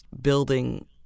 building